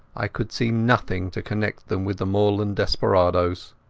i could see nothing to connect them with the moorland desperadoes.